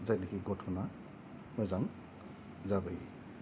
जायनोखि गथना मोजां जाबोयो